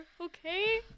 okay